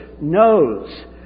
knows